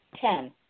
Ten